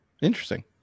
Interesting